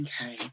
Okay